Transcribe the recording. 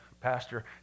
Pastor